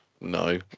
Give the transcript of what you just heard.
No